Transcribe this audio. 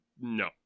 No